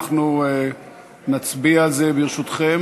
אנחנו נצביע על זה, ברשותכם.